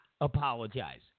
apologize